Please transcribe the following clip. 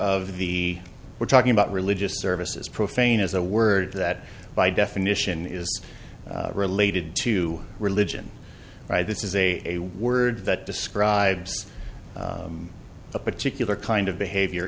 of the we're talking about religious services profane as a word that by definition is related to religion this is a word that describes a particular kind of behavior